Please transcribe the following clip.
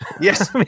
Yes